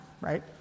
right